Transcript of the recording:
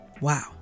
Wow